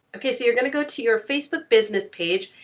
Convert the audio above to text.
okay, so you're gonna go to your facebook business page,